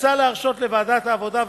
מוצע להרשות לוועדת העבודה,